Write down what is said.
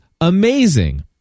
amazing